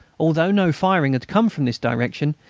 although no firing had come from this direction,